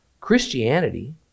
Christianity